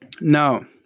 Now